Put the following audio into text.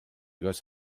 koos